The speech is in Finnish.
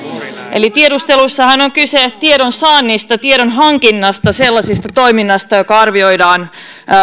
eli tiedustelussahan on kyse tiedonsaannista tiedonhankinnasta sellaisesta toiminnasta jonka arvioidaan